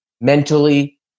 mentally